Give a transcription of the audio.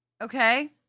okay